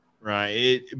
right